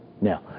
Now